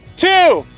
two,